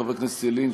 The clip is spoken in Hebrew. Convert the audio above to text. חבר הכנסת ילין,